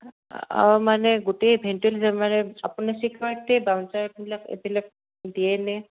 মানে গোটেই ইভেন্টোত মানে আপুনি ভাউজাৰবিলাক এইবিলাক দিয়ে নে